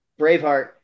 Braveheart